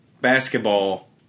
basketball